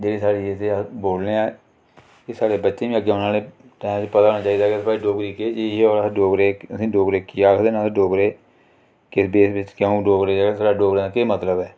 जेह्ड़ी साढ़ी ते अस बोलने आं एह् साढ़े बच्चे गी अग्गें आने आह्ले टैम च पता होना चाहिदा कि भई डोगरी केह् चीज ऐ होर अस डोगरे असेंगी डोगरे की आखदे न अस डोगरे किस देश बिच्च क्यों डोगरे जेह्ड़े साढ़े डोगरें दा केह् मतलब ऐ